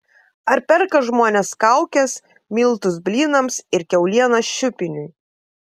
ar perka žmonės kaukes miltus blynams ir kiaulieną šiupiniui